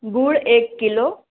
गूळ एक किलो